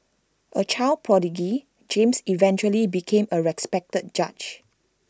A child prodigy James eventually became A respected judge